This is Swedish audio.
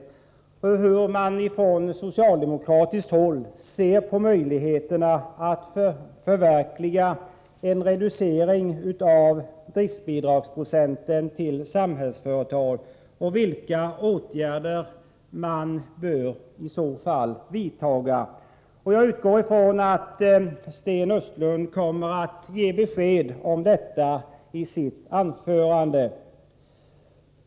Vi måste få veta hur man från socialdemokraternas sida ser på möjligheterna att förverkliga en reducering av driftbidragsprocenten till Samhällsföretag och vilka åtgärder som i så fall bör vidtagas. Jag utgår ifrån att Sten Östlund kommer att ge besked om detta i sitt anförande.